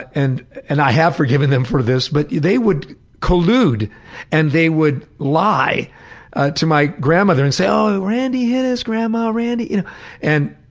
and and i have forgiven them for this, but they would collude and they would lie to my grandmother and say um randy hit us, grandma, you know and